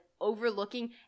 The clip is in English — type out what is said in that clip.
overlooking